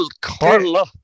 Carla